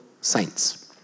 saints